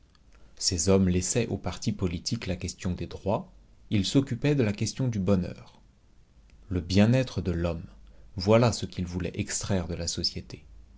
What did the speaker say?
ces hommes laissaient aux partis politiques la question des droits ils s'occupaient de la question du bonheur le bien-être de l'homme voilà ce qu'ils voulaient extraire de la société